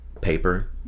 paper